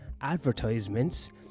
advertisements